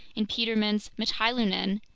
in petermann's mittheilungen,